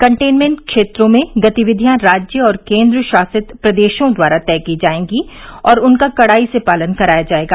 containment क्षेत्रों में गतिविधियां राज्य और केन्द्रशासित प्रदेशों द्वारा तय की जाएंगी और उनका कड़ाई से पालन कराया जाएगा